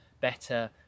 better